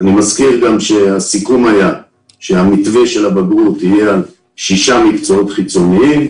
אני מזכיר הסיכום היה שהמתווה של הבגרות יהיה על 6 מקצועות חיצוניים.